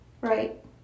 Right